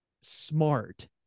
smart